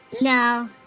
No